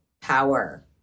power